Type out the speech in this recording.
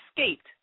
escaped